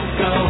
go